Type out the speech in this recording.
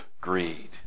greed